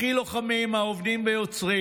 הכי לוחמים, העובדים ויוצרים.